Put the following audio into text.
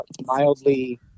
mildly